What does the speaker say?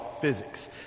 physics